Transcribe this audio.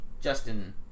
Justin